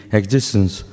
existence